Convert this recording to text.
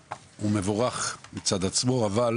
הצעד עצמו הוא מבורך,